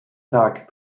tag